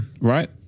Right